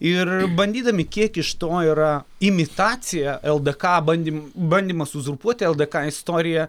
ir bandydami kiek iš to yra imitacija ldk bandym bandymas uzurpuoti ldk istoriją